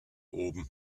oben